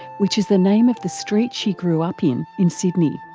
which is the name of the street she grew up in, in sydney.